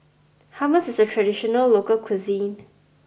Hummus is a traditional local cuisine